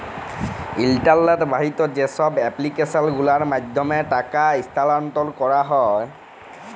ইলটারলেট বাহিত যা ছব এপ্লিক্যাসল গুলার মাধ্যমে টাকা ইস্থালাল্তর ক্যারা হ্যয়